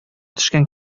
төшкән